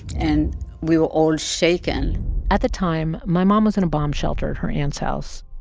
and we were all shaken at the time, my mom was in a bomb shelter at her aunt's house.